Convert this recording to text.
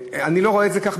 אני לא רואה את זה כך,